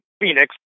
Phoenix